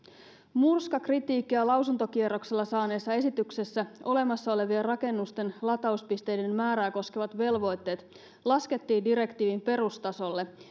murskakritiikkiä lausuntokierroksella saaneessa esityksessä olemassa olevien rakennusten latauspisteiden määrää koskevat velvoitteet laskettiin direktiivin perustasolle